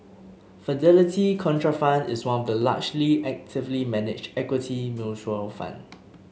Fidelity Contrafund is one of the largely actively managed equity mutual fund